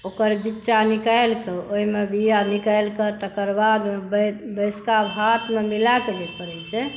ओकर बिच्चा निकालिकऽ ओहिमे बीया निकालिकऽ तकर बाद ओहि बासिका भातमे मिलाकऽ जे करै छै